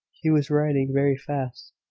he was riding very fast,